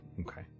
Okay